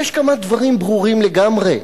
יש כמה דברים ברורים לגמרי: